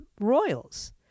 royals